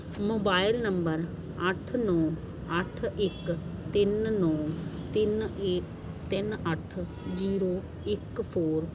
mobile number ਅੱਠ ਨੌਂ ਅੱਠ ਇੱਕ ਤਿੰਨ ਨੌਂ ਤਿੰਨ ਇੱ ਤਿੰਨ ਅੱਠ ਜੀਰੋ ਇੱਕ ਫੋਰ